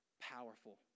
powerful